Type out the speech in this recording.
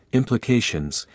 implications